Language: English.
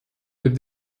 with